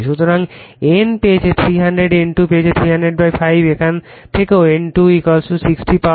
সুতরাং N1 পেয়েছে 300 তাই N2 3005 এখান থেকেও N2 60 পাওয়া যাবে